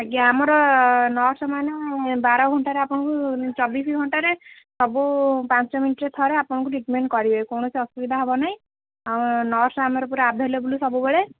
ଆଜ୍ଞା ଆମର ନର୍ସମାନେ ବାର ଘଣ୍ଟାରେ ଆପଣଙ୍କୁ ଚବିଶି ଘଣ୍ଟାରେ ସବୁ ପାଞ୍ଚ ମିନିଟ୍ରେ ଥରେ ଆପଣଙ୍କୁ ଟ୍ରିଟମେଣ୍ଟ କରିବେ କୌଣସି ଅସୁବିଧା ହେବ ନାହିଁ ଆଉ ନର୍ସ ଆମର ପୁରା ଆଭେଲେବୁଲ୍ ସବୁବେଳେ